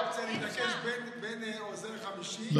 הייתה לה אופציה להתעקש בין עוזר חמישי לבין,